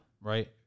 right